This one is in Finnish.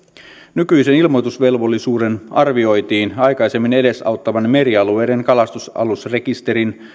nykyisen ilmoitusvelvollisuuden arvioitiin aikaisemmin edesauttavan merialueiden kalastusalusrekisterin